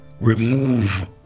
remove